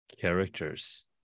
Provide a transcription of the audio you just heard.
characters